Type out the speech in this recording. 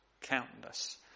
Countless